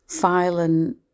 Violent